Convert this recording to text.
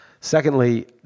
Secondly